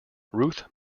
ruth